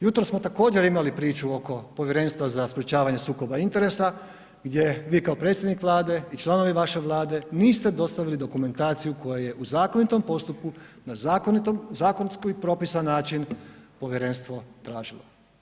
Jutros smo također imali priču oko Povjerenstva za sprječavanje sukoba interesa gdje vi kao predsjednik Vlade i članovi vaše Vlade niste dostavili dokumentaciju koja je u zakonitom postupku, na zakonski propisan način povjerenstvo tražilo.